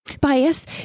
bias